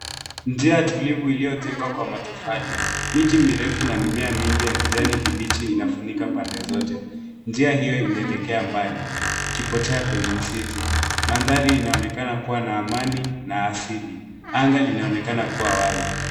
Njia tulivu imetengenezwa kwa matofali, ikiwa imezungukwa na miti mirefu na mimea mingi ya kijani kibichi pande zote. Njia hiyo inaelekea mbali, ikipotea ndani ya msitu. Mandhari inaonekana kuwa tulivu na ya asili, huku anga likionekana kuwa wazi.